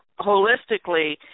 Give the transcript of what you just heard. holistically